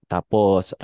Tapos